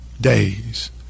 days